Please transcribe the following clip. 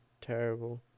terrible